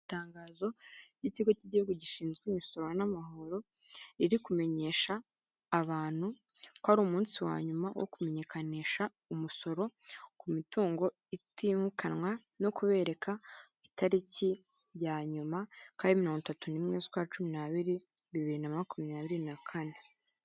Itangazo ry'ikigo cy'igihugu gishinzwe imisoro n'amahoro; riri kumenyesha abantu ko ari umunsi wa nyuma wo kumenyekanisha umusoro ku mitungo itimukanwa no kubereka itariki ya nyuma ko ari mirongo itatu n'imwe z'ukwa cumi n'abiri bibiri na makumyabiri na kane.